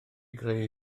greu